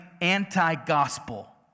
anti-gospel